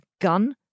gun